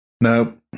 No